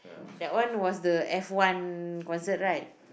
that one was the F-one concert right